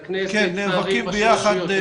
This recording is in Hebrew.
את הכנסת ואת ראשי הרשויות.